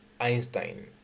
Einstein